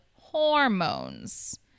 hormones